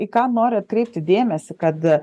į ką noriu atkreipti dėmesį kad